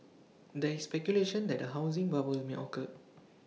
there is speculation that A housing bubble may occur